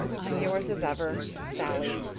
i'm yours, as ever, sallie.